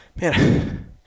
man